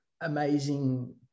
amazing